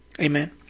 Amen